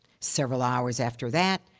several hours after that,